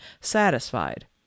satisfied